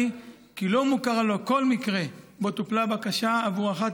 כי לא מוכר לו כל מקרה שבו טופלה בקשה עבור אחת